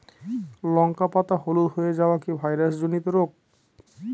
লঙ্কা পাতা হলুদ হয়ে যাওয়া কি ভাইরাস জনিত রোগ?